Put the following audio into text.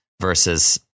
versus